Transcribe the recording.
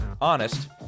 honest